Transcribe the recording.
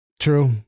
True